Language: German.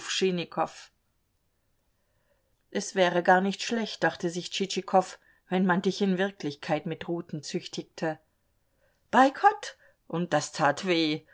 es wäre gar nicht schlecht dachte sich tschitschikow wenn man dich in wirklichkeit mit ruten züchtigte bei gott und das tat weh